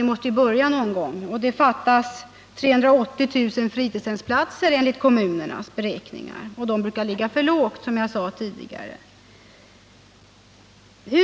Vi måste någon gång börja arbetet mot det målet. Det fattas vidare enligt kommunernas beräkningar 380 000 fritidshemsplatser — och dessa beräkningar brukar, som jag tidigare sade, ligga